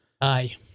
aye